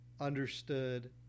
understood